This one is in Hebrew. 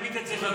תגיד את זה,